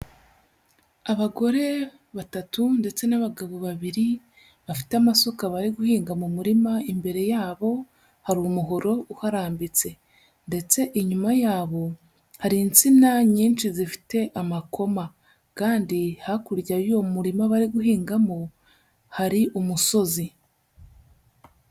Abagore batatu ndetse n'abagabo babiri bafite amasuka bari guhinga mu murima, imbere yabo hari umuhoro uharambitse ndetse inyuma yabo hari insina nyinshi zifite amakoma kandi hakurya y'uwo murima bari guhingamo hari umusozi.